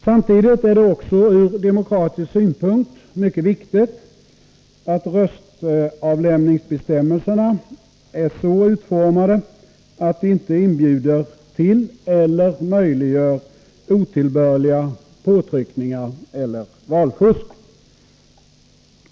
Samtidigt är det också från demokratisk synpunkt mycket viktigt att röstavlämningsbestämmelserna är så utformade att de inte inbjuder till eller möjliggör otillbörliga påtryckningar eller valfusk.